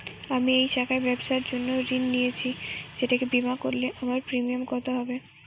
আমি এই শাখায় ব্যবসার জন্য ঋণ নিয়েছি সেটাকে বিমা করলে আমার প্রিমিয়াম কত হবে?